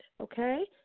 okay